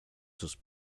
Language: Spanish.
sus